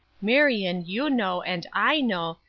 marion, you know, and i know,